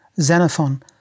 Xenophon